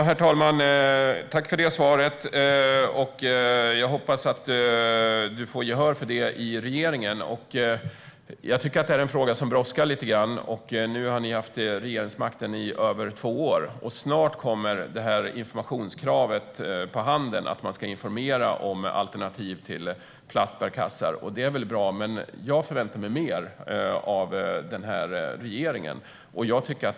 Herr talman! Jag tackar för svaret. Jag hoppas att Johan Büser får gehör i regeringen. Det här är en fråga som brådskar. Nu har ni haft regeringsmakten i över två år, och snart kommer kravet att handeln ska informera om alternativ till plastbärkassar. Det är väl bra. Men jag förväntar mig mer av regeringen.